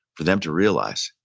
for them to realize,